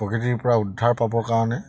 প্ৰকৃতিৰ পৰা উদ্ধাৰ পাবৰ কাৰণে